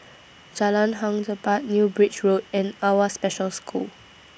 Jalan Hang Jebat New Bridge Road and AWWA Special School